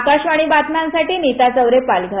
आकाशवाणी बातम्यांसाठी नितू चौरे पालघर